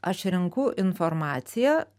aš renku informaciją